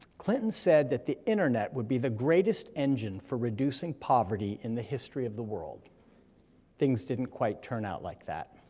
clinton said that the internet would be the greatest engine for reducing poverty in the history of the world things didn't quite turn out like that.